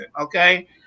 okay